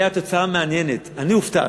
הייתה תוצאה מעניינת, אני הופתעתי,